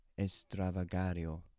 Estravagario